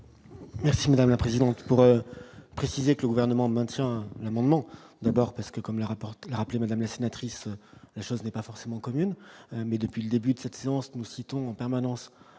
Merci madame la présidente, pour préciser que le gouvernement maintient l'amendement de bord parce que, comme le rapporte rappeler Madame la sénatrice, la chose n'est pas forcément commune mais depuis le début de cette séance, nous citons en permanence